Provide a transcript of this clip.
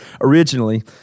originally